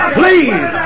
please